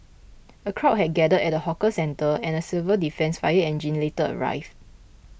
a crowd had gathered at the hawker centre and a civil defence fire engine later arrived